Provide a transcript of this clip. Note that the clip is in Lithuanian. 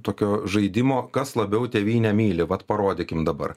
tokio žaidimo kas labiau tėvynę myli vat parodykim dabar